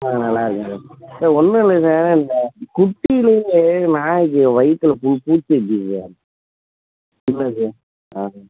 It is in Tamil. ஆ நல்லாருக்கேன் சார் சார் ஒன்றுல்ல சார் இந்த குட்டிலேந்து நாய்க்கு வயித்தில் பூ பூச்சி இருக்கு சார் என்னது அது